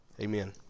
Amen